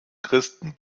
christen